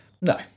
No